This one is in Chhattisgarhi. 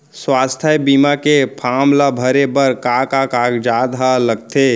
स्वास्थ्य बीमा के फॉर्म ल भरे बर का का कागजात ह लगथे?